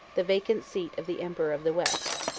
the vacant seat of the emperor of the west.